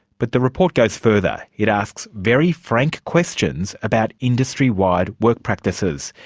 but the report goes further. it asks very frank questions about industry-wide work practices.